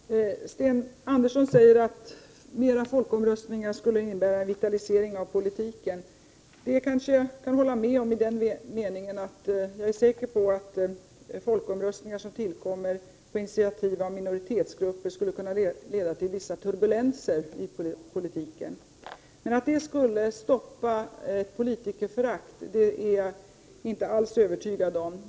Herr talman! Sten Andersson i Malmö säger att fler folkomröstningar skulle innebära en vitalisering av politiken. Jag kan kanske hålla med om det i den meningen att folkomröstningar som tillkommer på initiativ av minoritetsgrupper skulle kunna leda till vissa turbulenser i politiken. Men att det skulle stoppa ett politikerförakt är jag inte alls övertygad om.